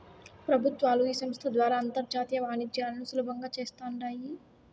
పెబుత్వాలు ఈ సంస్త ద్వారా అంతర్జాతీయ వాణిజ్యాలను సులబంగా చేస్తాండాయి